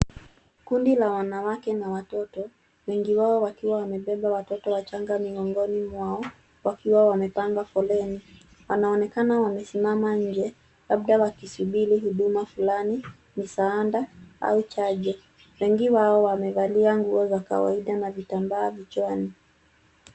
Kundi la wanawake na watoto, wengi wao wakiwa wamebeba watoto wachanga migongoni mwao wakiwa wamepanga foleni. Wanaonekana wamesimama nje, labda wakisubiri huduma fulani, misaada au chanjo. Wengi wao wamevalia nguo za kawaida na vitambaa vichwani.